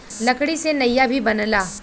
लकड़ी से नइया भी बनला